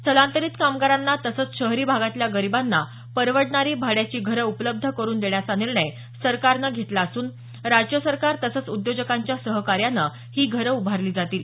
स्थलांतरित कामगारांना तसंच शहरी भागातल्या गरीबांना परवडणारी भाड्याची घरं उपलब्ध करून देण्याचा निर्णय सरकारनं घेतला असून राज्य सरकार तसंच उद्योजकांच्या सहकार्यानं ही घरं उभारली जातील